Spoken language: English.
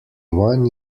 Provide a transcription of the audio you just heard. one